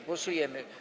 Głosujemy.